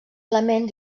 element